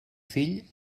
fill